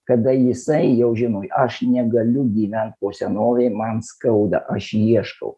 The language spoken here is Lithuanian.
kada jisai jau žino aš negaliu gyvent po senovei man skauda aš ieškau